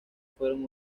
fueron